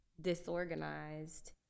disorganized